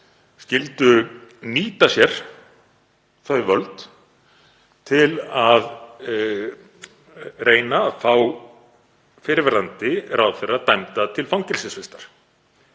skyldu nýta sér þau völd til að reyna að fá fyrrverandi ráðherra dæmda til fangelsisvistar